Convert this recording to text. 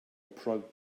prodded